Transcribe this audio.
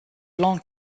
long